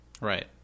Right